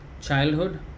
childhood